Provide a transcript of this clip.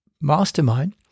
mastermind